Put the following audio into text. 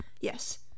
Yes